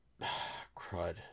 crud